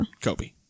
Kobe